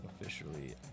officially